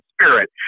Spirit